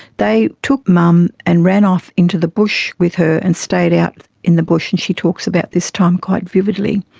they took mum and ran off into the bush with her and stayed out in the bush, and she talks about this time quite vividly.